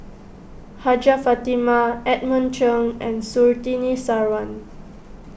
Hajjah Fatimah Edmund Cheng and Surtini Sarwan